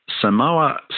Samoa